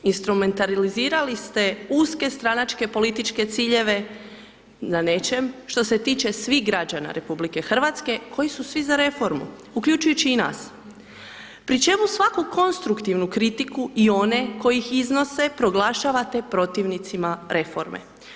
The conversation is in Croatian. Instrumentalizirali ste uske stranačke političke ciljeve na nečem što se tiče svih građana RH koji su svi za reformu, uključujući i nas, pri čemu svaku konstruktivnu kritiku i one koji ih iznose, proglašavate protivnicima reforme.